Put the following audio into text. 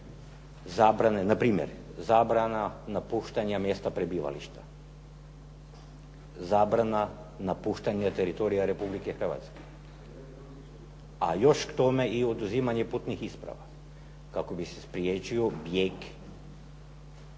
mjere, npr. zabrana napuštanja mjesta prebivališta, zabrana napuštanja teritorija Republike Hrvatske, a još k tome i oduzimanje putnih isprava kako bi se spriječio bijeg